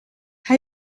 hij